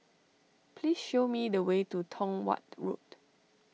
please show me the way to Tong Watt Road